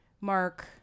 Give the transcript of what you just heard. Mark